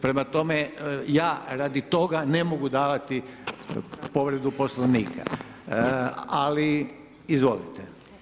Prema tome, ja radi toga ne mogu davati povredu poslovnika ali, izvolite.